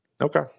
Okay